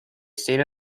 state